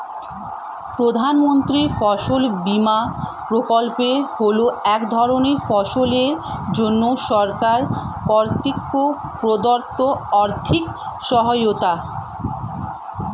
প্রধানমন্ত্রীর ফসল বিমা প্রকল্প হল এক ধরনের ফসলের জন্য সরকার কর্তৃক প্রদত্ত আর্থিক সহায়তা